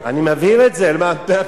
אני מבהיר את זה, מה פתאום.